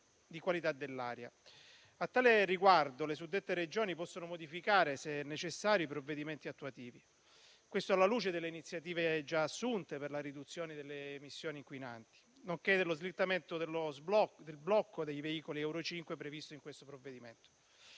di qualità dell'aria. A tale riguardo le suddette Regioni possono modificare, se necessario, i provvedimenti attuativi. Questo alla luce delle iniziative già assunte per la riduzione delle emissioni inquinanti, nonché dello slittamento del blocco dei veicoli euro 5 previsto in questo provvedimento.